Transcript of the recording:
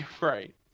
right